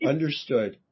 Understood